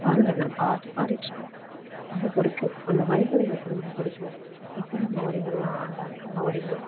பாடுவேன் நான் பாட்டு பாடிட்டு இருப்பேன் ரொம்ப பிடிக்கும் அந்த வரிகள் எனக்கு ரொம்ப பிடிக்கும் சுசிலா அம்மா வரிகள்லாம் ஜானகி அம்மா வரிகள்லாம்